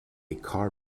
car